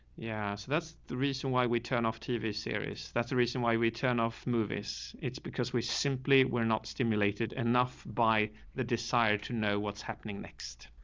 yeah. so that's the reason why we turn off tv series. that's a reason why we turn off movies. it's because we simply were not stimulated enough by the desire to know what's happening next.